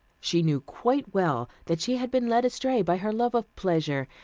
she knew quite well that she had been led astray by her love of pleasure,